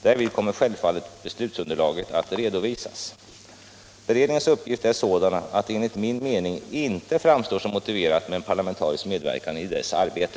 Därvid kommer självfallet beslutsunderlaget att redovisas. Beredningens uppgift är sådan att det enligt min mening inte framstår som motiverat med en parlamentarisk medverkan i dess arbete.